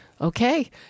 Okay